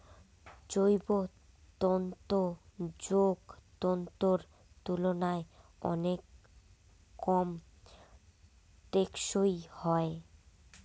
জৈব তন্তু যৌগ তন্তুর তুলনায় অনেক কম টেঁকসই হয়